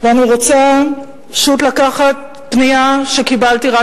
ואני רוצה פשוט לקחת פנייה שקיבלתי רק